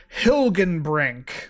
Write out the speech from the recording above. Hilgenbrink